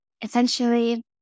Essentially